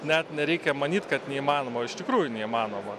net nereikia manyt kad neįmanoma o iš tikrųjų neįmanoma